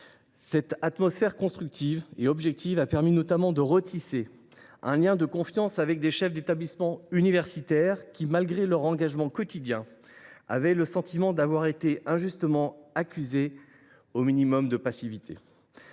Cette atmosphère constructive et objective a permis notamment de retisser un lien de confiance avec des chefs d’établissement universitaire qui, malgré leur engagement quotidien, avaient le sentiment d’avoir été injustement accusés, de passivité.